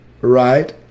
Right